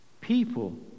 people